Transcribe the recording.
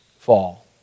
fall